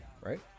right